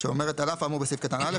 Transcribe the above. שאומרת על אף האמור בסעיף קטן (א),